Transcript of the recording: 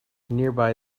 nearby